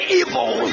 evil